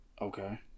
Okay